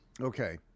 Okay